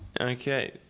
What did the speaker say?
okay